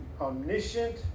omniscient